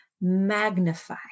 magnify